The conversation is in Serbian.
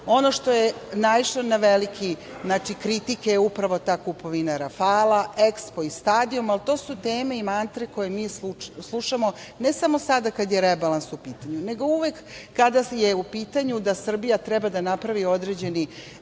što je naišlo na velike kritike jeste upravo ta kupovina Rafala, EKSPO i stadion, ali to su teme i mantre koje mi slušamo ne samo sada kada je rebalans u pitanju, nego uvek kada je u pitanju da Srbija treba da napravi određeni